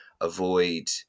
avoid